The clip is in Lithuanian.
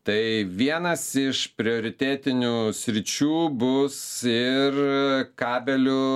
tai vienas iš prioritetinių sričių bus ir kabelių